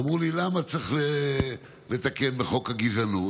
אמרו לי: למה צריך לתקן בחוק הגזענות?